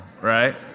right